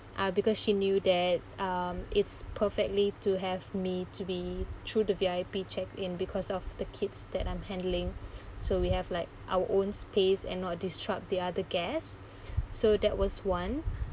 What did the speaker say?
uh because she knew that um it's perfectly to have me to be through the V_I_P check in because of the kids that I'm handling so we have like our own space and not disrupt the other guests so that was one